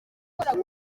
ukora